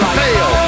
fail